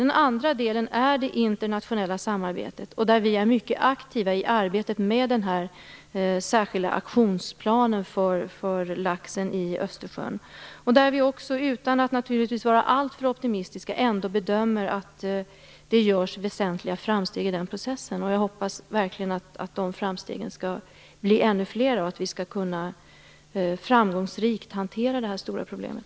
Den andra delen är det internationella samarbetet. Vi är mycket aktiva i arbetet med den särskilda aktionsplanen för laxen i Östersjön. Utan att vara alltför optimistiska bedömer vi ändå att det görs väsentliga framsteg i den processen. Jag hoppas verkligen att de framstegen blir ännu fler och att vi framgångsrikt kan hantera det här stora problemet.